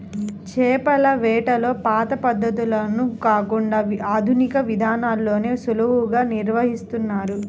చేపల వేటలో పాత పద్ధతులను కాకుండా ఆధునిక విధానాల్లోనే సులువుగా నిర్వహిస్తున్నారు